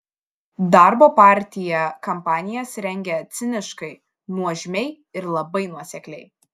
darbo partija kampanijas rengia ciniškai nuožmiai ir labai nuosekliai